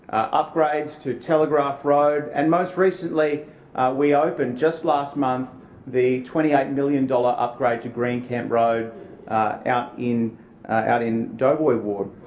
upgrades to telegraph road and most recently we opened just last month the twenty eight million dollars upgrade to green camp road out in out in doboy ward.